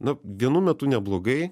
na vienu metu neblogai